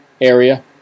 area